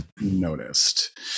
noticed